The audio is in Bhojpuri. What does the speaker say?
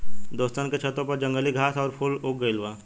दोस्तन के छतों पर जंगली घास आउर फूल उग गइल बा